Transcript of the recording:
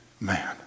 man